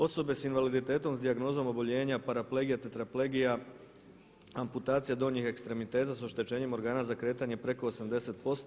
Osobe sa invaliditetom s dijagnozom oboljenja paraplegija, tetraplegija, amputacija donjih ekstremiteta s oštećenjem organa za kretanje preko 80%